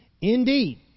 Indeed